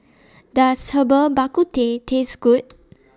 Does Herbal Bak Ku Teh Taste Good